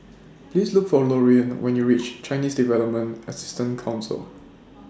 Please Look For Lorean when YOU REACH Chinese Development Assistance Council